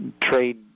trade